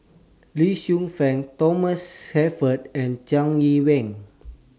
Lee Shu Fen Thomas Shelford and Jiang Yee Wen